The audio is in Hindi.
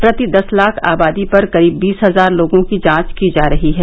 प्रति दस लाख आबादी पर करीब बीस हजार लोगों की जांच की जा रही है